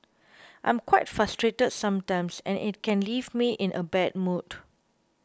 I am quite frustrated sometimes and it can leave me in a bad mood